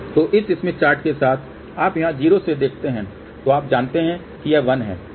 तो इस Smith chart के साथ आप यहाँ 0 से देखते हैं तो आप जानते हैं कि यह 1 है और यह अनंत है